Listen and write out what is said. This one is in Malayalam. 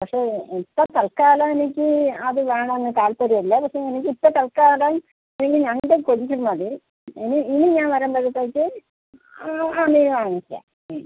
പക്ഷെ ഇപ്പം തൽക്കാലം എനിക്ക് അത് വേണം എന്ന് താൽപ്പര്യം ഇല്ല പക്ഷെ എനിക്ക് ഇപ്പോൾ തൽക്കാലം പിന്നെ ഞണ്ടും കൊഞ്ചും മതി ഇനി ഇനി ഞാൻ വരുമ്പോഴത്തേക്ക് ആ ആ മീൻ വാങ്ങിക്കാം